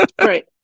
Right